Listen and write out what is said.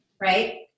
Right